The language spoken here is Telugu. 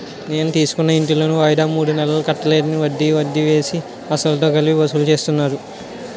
నేను తీసుకున్న ఇంటి లోను వాయిదా మూడు నెలలు కట్టలేదని, వడ్డికి వడ్డీ వేసి, అసలుతో కలిపి వసూలు చేస్తున్నారు